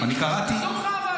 מתוך אהבה גדולה לצבא,